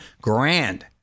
grand